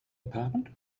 apartment